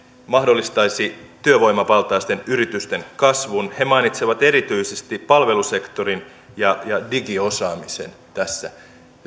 mahdollistaisi työvoimavaltaisten yritysten kasvun he mainitsevat erityisesti palvelusektorin ja ja digiosaamisen tässä